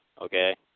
Okay